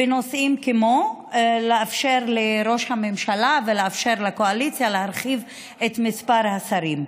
בנושאים כמו לאפשר לראש הממשלה ולאפשר לקואליציה להרחיב את מספר השרים,